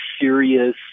serious